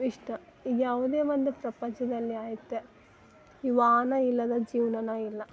ಇಷ್ಟ ಈಗ ಯಾವುದೇ ಒಂದು ಪ್ರಪಂಚದಲ್ಲೇ ಆಯ್ತು ಈ ವಾಹನ ಇಲ್ಲದ ಜೀವ್ನವೇ ಇಲ್ಲ